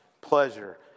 pleasure